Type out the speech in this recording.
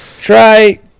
Try